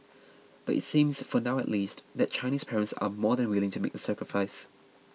but it seems for now at least that Chinese parents are more than willing to make the sacrifice